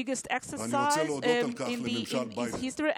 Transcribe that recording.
ואני רוצה להודות על כך לממשל ביידן.